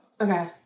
Okay